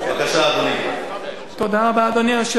אדוני היושב-ראש,